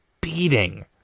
beating